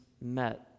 met